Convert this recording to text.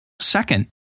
Second